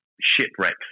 shipwreck